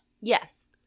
Yes